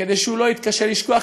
כדי שהוא לא יתקשה לשכוח,